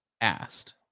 asked